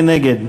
מי נגד?